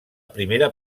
primera